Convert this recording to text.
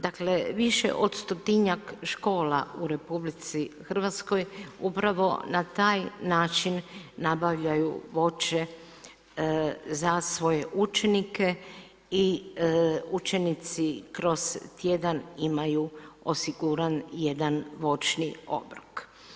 Dakle više od stotinjak škola u RH upravo na taj način nabavljaju voće za svoje učenike i učenici kroz tjedan imaju osiguran jedan voćni obrok.